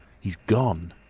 he's gone!